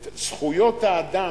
את זכויות האדם,